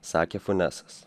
sakė funesas